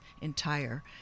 entire